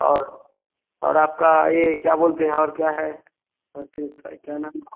और और आपका यह क्या बोलते है और क्या ह इन इनका क्या नाम है